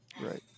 Right